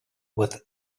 with